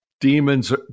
demons